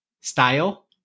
style